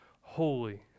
holy